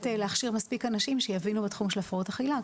להכשיר מספיק אנשים שיבינו בתחום של הפרעות אכילה,